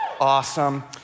Awesome